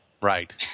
Right